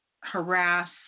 Harass